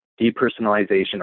depersonalization